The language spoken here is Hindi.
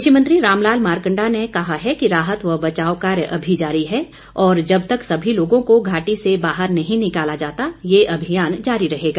कृषि मंत्री रामलाल मारकंडा ने कहा है कि राहत व बचाव कार्य अभी जारी है और जब तक सभी लोगों को घाटी से बाहर नहीं निकाला जाता ये अभियान जारी रहेगा